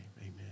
Amen